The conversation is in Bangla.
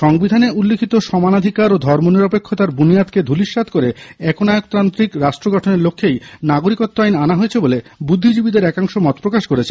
সংবিধানে উল্লেখিত সমানাধিকার ও ধর্মনিরপেক্ষতার বুনিয়াদকে ধূলিস্যাৎ করে একনায়কতান্ত্রিক রাষ্ট্র গঠনের লক্ষ্যেই নাগরিকত্ব আইন আনা হয়েছে বলে বুদ্ধিজীবীদের একাংশ মত প্রকাশ করেছেন